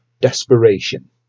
Desperation